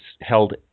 held